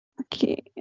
okay